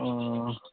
ᱚ